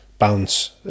Bounce